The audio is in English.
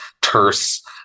terse